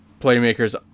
playmakers